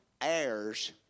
heirs